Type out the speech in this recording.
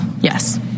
yes